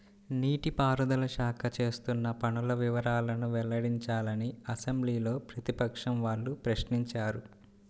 నీటి పారుదల శాఖ చేస్తున్న పనుల వివరాలను వెల్లడించాలని అసెంబ్లీలో ప్రతిపక్షం వాళ్ళు ప్రశ్నించారు